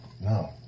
No